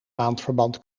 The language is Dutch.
maandverband